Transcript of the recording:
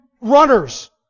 runners